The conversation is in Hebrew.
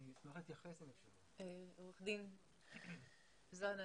עורכת דין יעקובי,